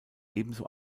ebenso